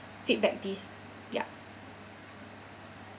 feedback this ya